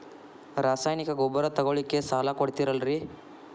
ರಾಸಾಯನಿಕ ಗೊಬ್ಬರ ತಗೊಳ್ಳಿಕ್ಕೆ ಸಾಲ ಕೊಡ್ತೇರಲ್ರೇ?